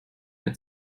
mehr